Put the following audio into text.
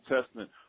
Testament